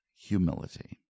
Humility